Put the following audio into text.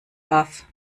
baff